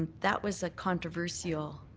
that was a controversial